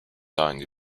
died